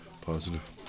Positive